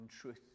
truth